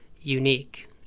unique